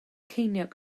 ceiniog